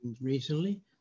recently